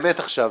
באמת עכשיו,